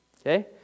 okay